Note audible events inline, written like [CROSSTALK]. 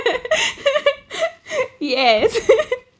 [LAUGHS] yes [LAUGHS]